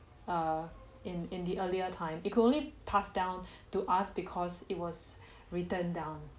err in in the earlier time it could only pass down to us because it was written down